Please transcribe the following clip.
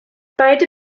beide